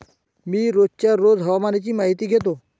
मी रोजच्या रोज हवामानाची माहितीही घेतो